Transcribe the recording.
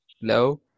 Hello